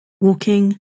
walking